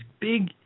big